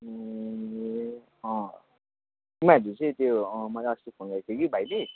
ए अँ उनीहरूले चाहिँ त्यो अँ मलाई अस्ति फोन गरेको थियो कि भाइले